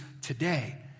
today